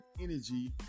energy